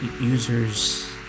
users